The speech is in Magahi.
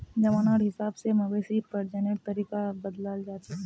जमानार हिसाब से मवेशी प्रजननेर तरीका बदलछेक